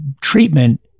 treatment